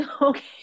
Okay